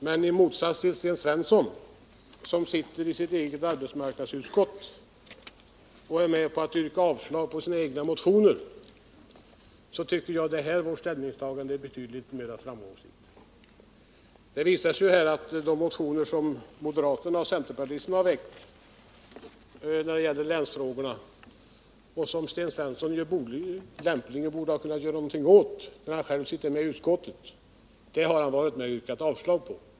Men jag tycker att vårt ställningstagande borde ge större möjligheter till framgång än Sten Svenssons sätt att handla, när han i arbetsmarknadsutskottet är med om att yrka avslag på sina egna motioner. De motioner som moderaterna och centerpartisterna har väckt när det gäller länsfrågorna, och som Sten Svensson borde ha kunnat göra något åt när han själv sitter med i utskottet, de motionerna har han varit med om att yrka avslag på.